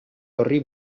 horri